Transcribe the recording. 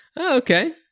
okay